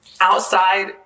outside